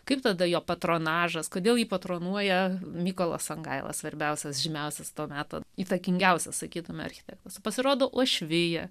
kaip tada jo patronažas kodėl jį patronuoja mykolas songaila svarbiausias žymiausias to meto įtakingiausia sakytumei architektas pasirodo uošviją